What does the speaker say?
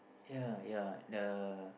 ya ya the